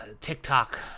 TikTok